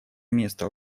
место